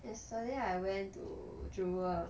yesterday I went to jewel